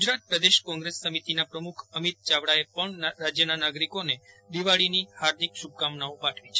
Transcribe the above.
ગુજરાત પ્રદેશ કોંગ્રેસ સમિતિના પ્રમુખ અમિત ચાવડાએ પણ રાજ્યના નાગરિકોને દિવાળીની હાર્દિક શુભકામનાઓ પાઠવી છે